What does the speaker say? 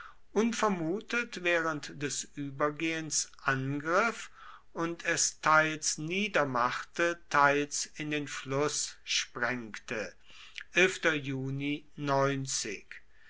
unvermutet während des übergehens angriff und es teils niedermachte teils in den fluß sprengte